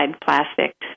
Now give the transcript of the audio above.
plastic